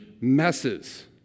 messes